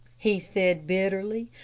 he said, bitterly,